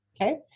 Okay